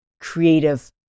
creative